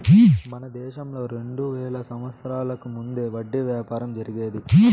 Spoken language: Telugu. మన దేశంలో రెండు వేల సంవత్సరాలకు ముందే వడ్డీ వ్యాపారం జరిగేది